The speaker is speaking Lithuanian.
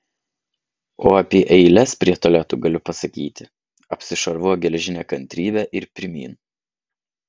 o apie eiles prie tualetų galiu pasakyti apsišarvuok geležine kantrybe ir pirmyn